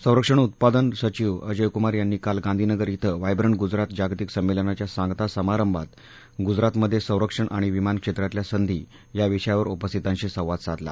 संरक्षण उत्पादन सविव अजय कुमार यांनी काल गांधीनगर इथं व्हायब्रं गुजरात जागतिक संमेलनाच्या सांगता समारंभात गुजरातमध्ये संरक्षण आणि विमान क्षेत्रातल्या संधी या विषयावर उपस्थितांशी संवाद साधला